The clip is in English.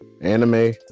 anime